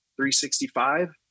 365